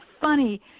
funny